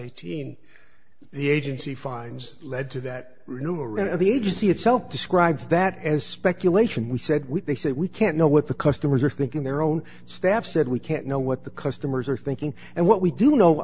eighteen the agency fines led to that new round of the agency itself describes that as speculation we said we they said we can't know what the customers are thinking their own staff said we can't know what the customers are thinking and what we do know